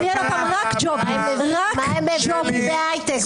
מה עם ג'ובים והייטק.